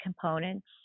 components